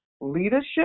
leadership